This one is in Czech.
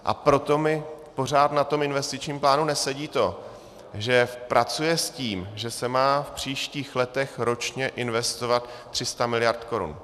A proto mi pořád na tom investičním plánu nesedí to, že pracuje s tím, že se má v příštích letech ročně investovat 300 miliard korun.